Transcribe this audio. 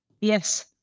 yes